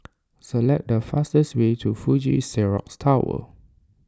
select the fastest way to Fuji Xerox Tower